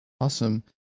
Awesome